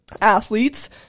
athletes